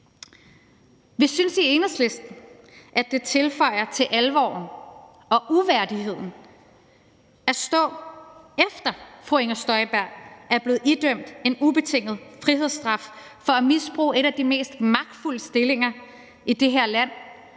Vi synes i Enhedslisten, at det bidrager til alvoren og uværdigheden, at fru Inger Støjberg, efter at hun er blevet idømt en ubetinget frihedsstraf for at misbruge en af de mest magtfulde stillinger i det her land,